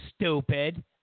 stupid